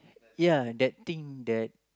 ya that thing that